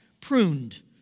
pruned